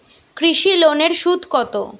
কৃষি লোনের সুদ কত?